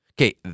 Okay